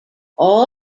all